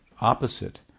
opposite